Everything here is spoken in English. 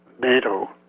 NATO